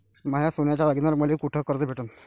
माया सोन्याच्या दागिन्यांइवर मले कुठे कर्ज भेटन?